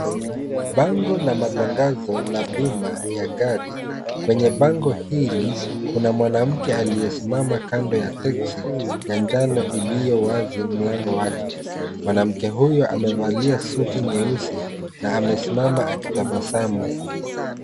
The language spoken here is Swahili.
Bango la matangazo la bima ya gari. Kwenye bango hili kuna mwanamke aliyesimama kando ya texi ya njano iliyowazi mlango wake. Mwanamke huyo amevalia suti. Nyeusi na amesimama akitabasamu.